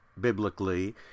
biblically